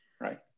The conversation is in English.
right